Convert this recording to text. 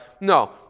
No